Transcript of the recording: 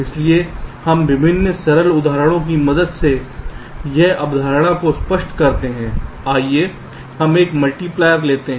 इसलिए हम विभिन्न सरल उदाहरणों की मदद से इस अवधारणा को स्पष्ट करते हैं आइए हम एक मल्टीप्लायर लेते हैं